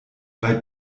bei